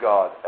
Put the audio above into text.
God